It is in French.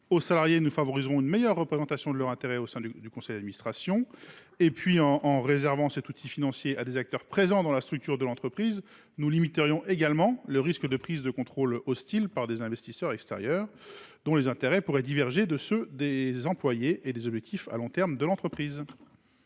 des salariés seraient alors mieux représentés au sein des conseils d’administration. En réservant cet outil financier à des acteurs présents dans la structure de l’entreprise, nous limiterions également le risque de prise de contrôle hostile par des investisseurs extérieurs, dont les intérêts pourraient diverger de ceux des employés ou des objectifs de long terme de l’entreprise.